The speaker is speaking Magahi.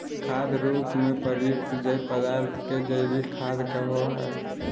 खाद रूप में प्रयुक्त जैव पदार्थ के जैविक खाद कहो हइ